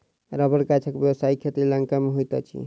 रबड़ गाछक व्यवसायिक खेती लंका मे होइत अछि